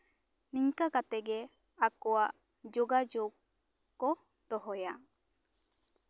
ᱱᱤᱝᱠᱟ ᱠᱟᱛᱮᱜᱮ ᱟᱠᱚᱣᱟᱜ ᱡᱳᱜᱟᱡᱳᱜ ᱠᱚ ᱫᱚᱦᱚᱭᱟ